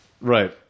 right